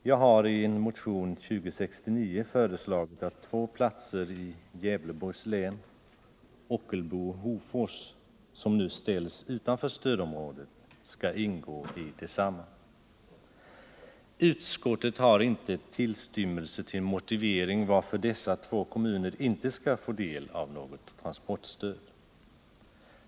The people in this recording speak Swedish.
Jag har i motion 2069 föreslagit att två platser i Gävleborgs län, Ockelbo och Hofors, som nu ställs utanför stödområdet, skall ingå i detsamma. Utskottet har inte en tillstymmelse till motivering till att dessa två kommuner inte skall få del av något transportstöd.